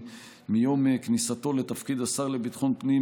מיום כניסתו לתפקיד השר לביטחון פנים,